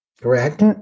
correct